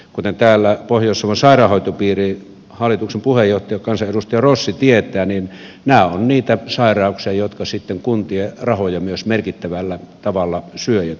kuten täällä pohjois savon sairaanhoitopiirin hallituksen puheenjohtaja kansanedustaja rossi tietää niin nämä ovat niitä sairauksia jotka sitten kuntien rahoja myös merkittävällä tavalla syövät